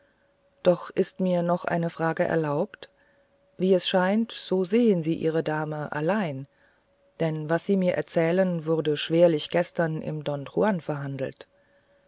doch ist mir noch eine frage erlaubt wie es scheint so sehen sie ihre dame allein denn was sie mir erzählten wurde schwerlich gestern im don juan verhandelt